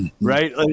Right